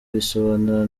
bisobanuro